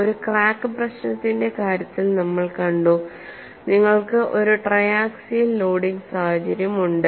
ഒരു ക്രാക്ക് പ്രശ്നത്തിന്റെ കാര്യത്തിൽ നമ്മൾ കണ്ടു നിങ്ങൾക്ക് ഒരു ട്രയാക്സിയൽ ലോഡിംഗ് സാഹചര്യം ഉണ്ട്